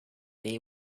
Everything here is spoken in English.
they